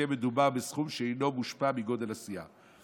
שכן מדובר בסכום שאינו מושפע מגודל הסיעה.